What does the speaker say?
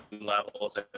levels